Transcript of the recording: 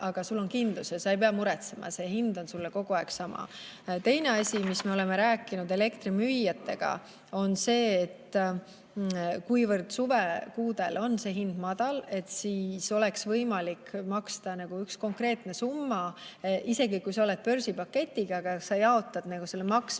aga sul on kindlus ja sa ei pea muretsema, see hind on sulle kogu aeg sama. Teine asi, mis me oleme rääkinud elektrimüüjatega, on see, et kuivõrd suvekuudel on hind madal, siis oleks võimalik maksta üks konkreetne summa, isegi kui sa oled börsipaketiga, aga sa jaotad maksmise